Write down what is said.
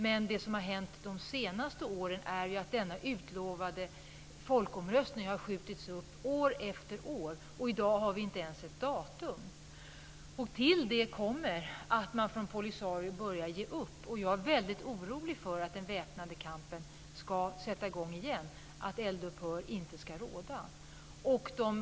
Men det som har hänt de senaste åren är ju att den utlovade folkomröstningen har skjutits upp år efter år. I dag har vi inte ens ett datum. Till det kommer att man från Polisario börjar ge upp. Jag är väldigt orolig för att den väpnade kampen ska sätta i gång igen, att eldupphör inte ska råda.